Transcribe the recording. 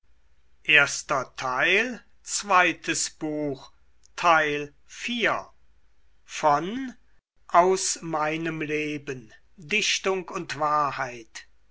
aus meinem leben dichtung und wahrheit